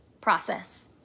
process